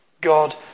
God